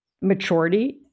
maturity